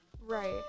right